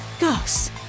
Gus